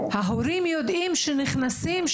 ההורים יודעים כשנכנסים לגן,